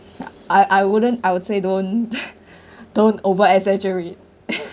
ya I I wouldn't I would say don't don't over exaggerate